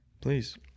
please